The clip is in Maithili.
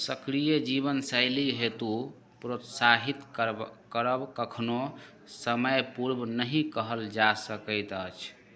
सक्रिय जीवनशैली हेतु प्रोत्साहित करब करब कखनो समयपूर्व नहि कहल जा सकैत अछि